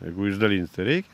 jeigu išdalins tai reikia